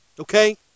Okay